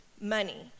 money